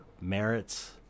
merits